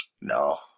No